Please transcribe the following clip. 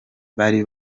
bari